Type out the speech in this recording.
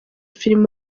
film